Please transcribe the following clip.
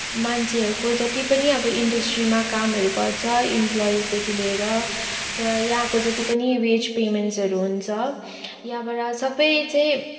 मान्छेहरूको जति पनि अब इन्डस्ट्रीमा कामहरू गर्छ इम्प्लोइजदेखि लिएर र यहाँको जति पनि वेज पेमेन्टहरू हुन्छ यहाँबाट सबै चाहिँ